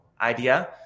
idea